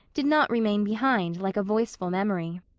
did not remain behind like a voiceful memory.